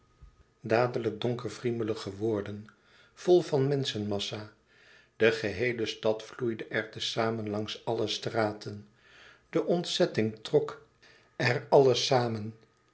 dadelijk donker wriemelig geworden vol van menschenmassa de geheele stad vloeide er te-zamen langs alle straten de ontzetting trok er alles samen